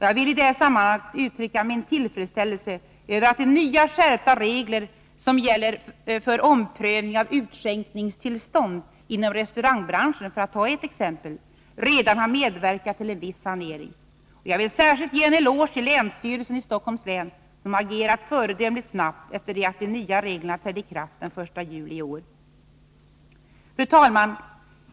Jag vill i det sammanhanget uttrycka min tillfredsställelse över att de nya, skärpta regler som gäller för omprövning av utskänkningstillstånd inom restaurangbranschen, för att ta ett exempel, redan har medverkat till en viss sanering. Jag vill särskilt ge en eloge till länsstyrelsen i Stockholms län, som agerat föredömligt snabbt efter det att de nya reglerna trädde i kraft den 1 juli i år. Fru talman!